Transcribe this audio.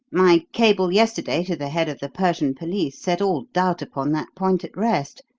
my cable yesterday to the head of the persian police set all doubt upon that point at rest.